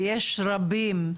ויש רבים.